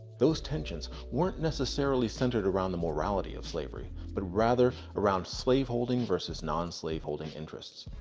those tensions weren't necessarily centered around the morality of slavery, but rather around slaveholding versus non-slaveholding interests.